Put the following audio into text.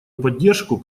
поддержку